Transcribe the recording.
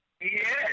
Yes